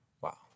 Wow